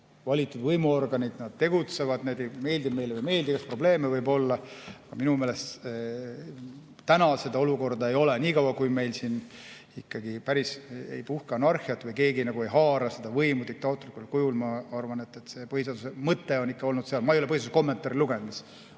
valitud võimuorganid, nad tegutsevad, meeldib meile või ei meeldi, igasuguseid probleeme võib olla, aga minu meelest täna seda olukorda ei ole. Niikaua kui meil siin ikkagi päris ei puhke anarhiat või keegi ei haara võimu diktaatorlikul kujul. Ma arvan, et see põhiseaduse mõte on ikka olnud seal. Ma ei ole põhiseaduse kommentaare lugenud,